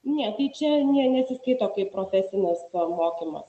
ne tai čia ne nesiskaito kaip profesinis mokymas